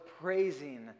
praising